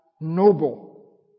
noble